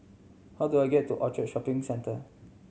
how do I get to Orchard Shopping Centre